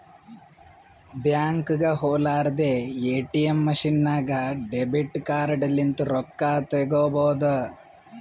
ಬ್ಯಾಂಕ್ಗ ಹೊಲಾರ್ದೆ ATM machine ನಾಗ್ ಡೆಬಿಟ್ ಕಾರ್ಡ್ ಲಿಂತ್ ರೊಕ್ಕಾ ತೇಕೊಬೋದ್